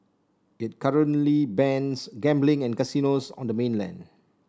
it currently bans gambling and casinos on the mainland